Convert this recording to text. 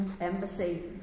Embassy